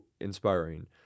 inspiring